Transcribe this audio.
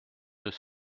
deux